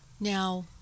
Now